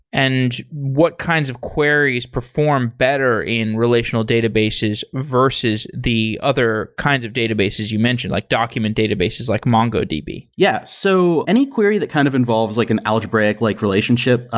and what kinds of queries perform better in relational databases versus the other kinds of databases you mentioned, like document databases like mongodb? yeah. so any query that kind of involves like an algebraic-like relationship,